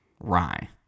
rye